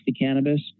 cannabis